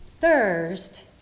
thirst